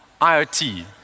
IoT